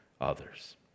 others